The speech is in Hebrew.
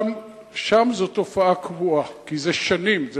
שם זאת תופעה קבועה, כי זה במשך שנים.